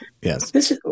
yes